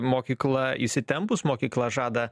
mokykla įsitempus mokykla žada